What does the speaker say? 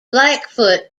blackfoot